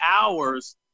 hours